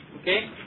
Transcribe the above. Okay